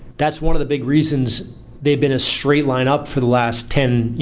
that's one of the big reasons they've been a straight line up for the last ten,